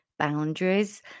boundaries